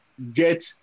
get